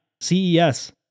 CES